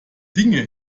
dinge